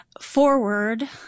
forward